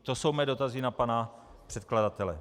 To jsou mé dotazy na pana předkladatele.